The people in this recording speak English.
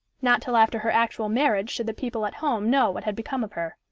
not till after her actual marriage should the people at home know what had become of her.